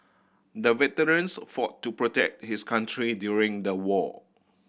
the veterans fought to protect his country during the war